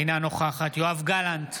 אינה נוכחת יואב גלנט,